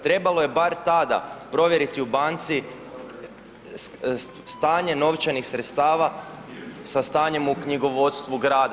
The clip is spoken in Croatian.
Trebalo je bar tada provjeriti u banci stanje novčanih sredstava sa stanjem u knjigovodstvu grada.